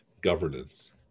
governance